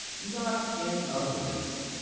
not in the least.